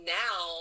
now